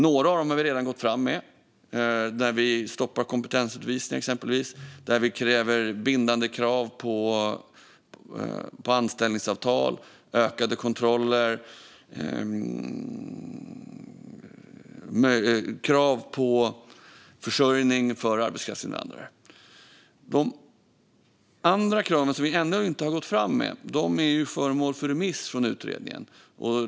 Några av förslagen har vi redan gått fram med, till exempel för att stoppa kompetensutvisningar. Vi kräver också bindande krav på anställningsavtal, ökade kontroller och försörjningskrav för arbetskraftsinvandrare. De krav som vi ännu inte har gått fram med är föremål för remiss från utredningen.